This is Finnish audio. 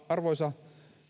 arvoisa